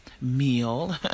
meal